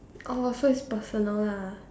oh so it's personal lah